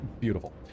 Beautiful